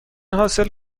حاصل